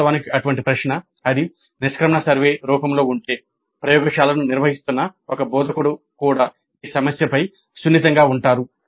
వాస్తవానికి అటువంటి ప్రశ్న అది నిష్క్రమణ సర్వే రూపంలో ఉంటే ప్రయోగశాలను నిర్వహిస్తున్న ఒక బోధకుడు కూడా ఈ సమస్యపై సున్నితంగా ఉంటారు